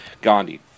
Gandhi